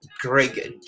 Greg